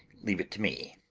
leave it to me.